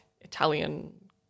Italian